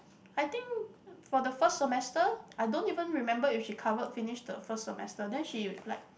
I think for the first semester I don't even remember if she cover finish the first semester then she like